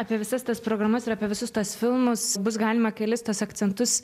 apie visas tas programas ir apie visus tuos filmus bus galima kelis tuos akcentus